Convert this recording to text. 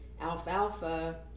alfalfa